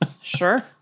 Sure